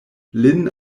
lin